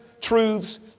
truths